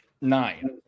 nine